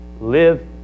live